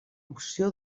opció